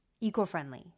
eco-friendly